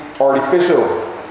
artificial